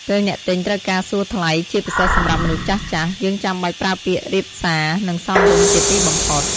ពេលអ្នកទិញត្រូវការសួរថ្លៃ ជាពិសេសសម្រាប់មនុស្សចាស់ៗ យើងចាំបាច់ប្រើពាក្យរាបសារ និងសមរម្យជាទីបំផុត។